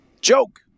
Joke